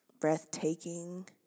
breathtaking